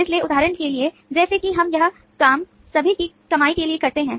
इसलिए उदाहरण के लिए जैसे कि हम यह काम अभी की कमाई के लिए करते हैं